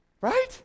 Right